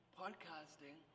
podcasting